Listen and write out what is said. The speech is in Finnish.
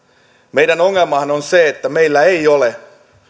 meidän ongelmahan on se että meillä ei ole